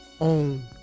own